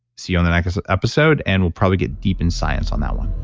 see you on the next episode. and we'll probably get deep in science on that one.